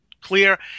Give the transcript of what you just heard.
clear